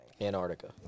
Antarctica